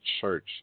church